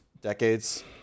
decades